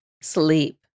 Sleep